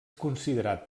considerat